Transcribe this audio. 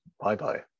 bye-bye